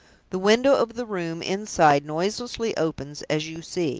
the window of the room inside noiselessly opens, as you see.